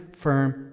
firm